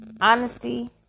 honesty